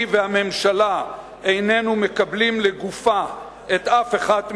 אני והממשלה איננו מקבלים לגופה אף אחת מהן.